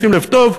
שים לב טוב,